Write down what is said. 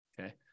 Okay